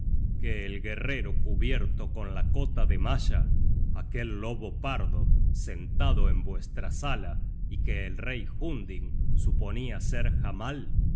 que el guerrero cubierto con la cota de malla aquel lobo pardo sentado en vuestra sala y que el rey hunding suponia ser hamal